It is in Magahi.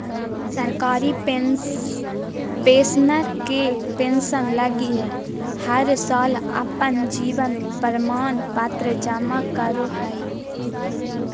सरकारी पेंशनर के पेंसन लगी हर साल अपन जीवन प्रमाण पत्र जमा करो हइ